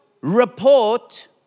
report